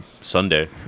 sunday